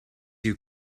you